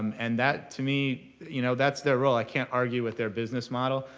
and that, to me, you know that's their role. i can't argue with their business model.